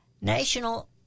National